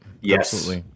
Yes